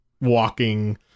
walking